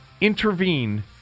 intervene